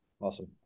awesome